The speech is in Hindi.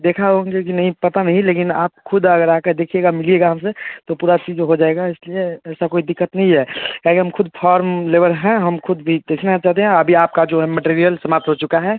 देखे होंगे कि नहीं पता नहीं लेकिन आप ख़ुद अगर आ कर देखिएगा मिलिएगा हम से तो पूरा चीज़ हो जाएगा इस लिए ऐसा कोई दिक्कत नहीं है क्या है कि हम ख़ुद फ़ॉर्म लेबर हैं हम ख़ुद भी देखना चाहतें हैं अभी आपका जो मेटेरियल समाप्त हो चुका है